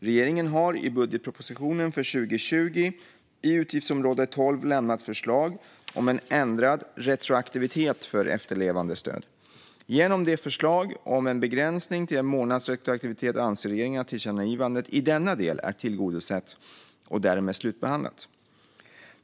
Regeringen har i budgetpropositionen för 2020, i utgiftsområde 12, lämnat förslag om en ändrad retroaktivitet för efterlevandestödet. Genom detta förslag om en begränsning till en månads retroaktivitet anser regeringen att tillkännagivandet i denna del är tillgodosett och därmed slutbehandlat.